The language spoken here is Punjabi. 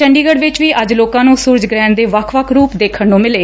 ਚੰਡੀਗੜ 'ਚ ਵੀ ਅੱਜ ਲੋਕਾਂ ਨੂੰ ਸੁਰਜ ਗੁਹਿਣ ਦੇ ਵੱਖ ਵੱਖ ਰੁਪ ਦੇਖਣ ਨੂੰ ਮਿਲੇ